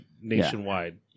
Nationwide